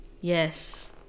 Yes